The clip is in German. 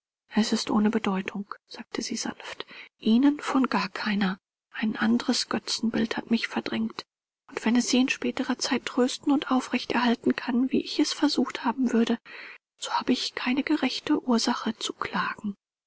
es ist ohne bedeutung sagte sie sanft ihnen von gar keiner ein anderes götzenbild hat mich verdrängt und wenn es sie in späterer zeit trösten und aufrecht erhalten kann wie ich es versucht haben würde so habe ich keine gerechte ursache zu klagen